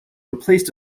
replaced